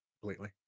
Completely